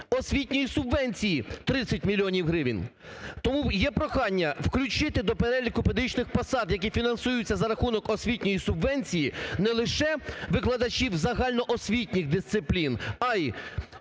освітньої субвенції - 30 мільйонів гривень. Тому є прохання включити до переліку педагогічних посад, які фінансуються за рахунок освітньої субвенції, не лише викладачів загальноосвітніх дисциплін, а й